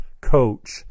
coach